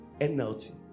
NLT